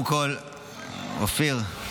אופיר,